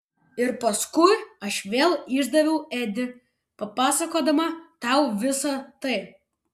ir paskui aš vėl išdaviau edį papasakodama tau visa tai